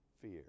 fear